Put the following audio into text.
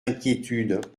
inquiétudes